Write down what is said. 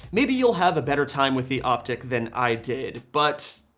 maybe you'll have a better time with the optic than i did, but